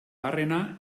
barrena